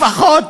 לפחות.